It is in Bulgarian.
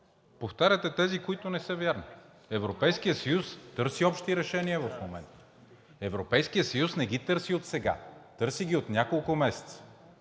повтаряте тези, които не са верни. Европейският съюз търси общи решения в момента. Европейският съюз не ги търси отсега, търси ги от няколко месеца,